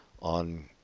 on